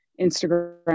Instagram